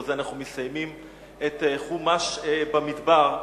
ובזה אנחנו מסיימים את חומש במדבר.